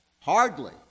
Hardly